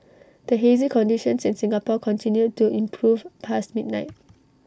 the hazy conditions in Singapore continued to improve past midnight